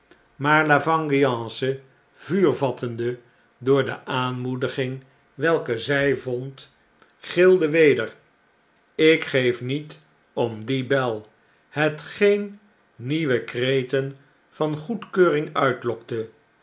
president schelde maarlavengeance vuur vattende door de aanmoediging welke zjj vond gilde weder lk geef niet om die bel hetgeen nieuwe kreten van goedkeuring uitlokte